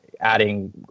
adding